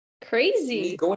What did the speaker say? crazy